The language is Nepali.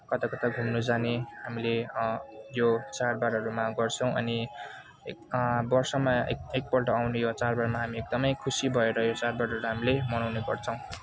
कता कता घुम्नु जाने हामीले यो चाडबाडहरूमा गर्छौँ अनि एक वर्षमा एक एकपल्ट आउने यो चाडबाडमा हामी एकदमै खुसी भएर यो चाडबाडहरू हामीले मनाउने गर्छौँ